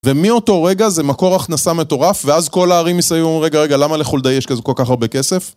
ומאותו רגע זה מקור הכנסה מטורף ואז כל הערים מסביב אומרים רגע רגע למה לחולדאי יש כזה כל כך הרבה כסף?